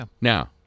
Now